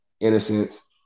Innocence